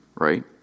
Right